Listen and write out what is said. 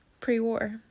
pre-war